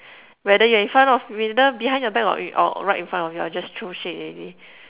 whether you're in front of whether behind your back or or right in front of you I'll just throw shit already